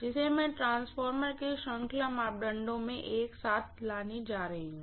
जिसे मैं ट्रांसफार्मर के श्रृंखला मापदंडों में एक साथ लाने जा रही हूँ